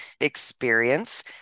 experience